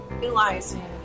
Realizing